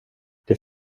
det